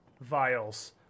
vials